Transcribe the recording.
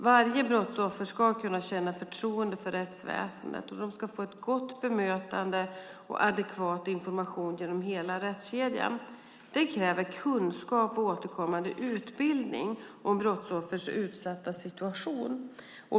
Varje brottsoffer ska kunna känna förtroende för rättsväsendet. De ska få ett gott bemötande och adekvat information genom hela rättskedjan. Det kräver kunskap och återkommande utbildning om brottsoffers utsatta situation.